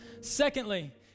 Secondly